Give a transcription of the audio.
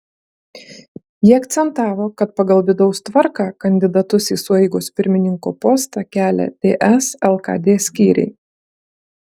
ji akcentavo kad pagal vidaus tvarką kandidatus į sueigos pirmininko postą kelia ts lkd skyriai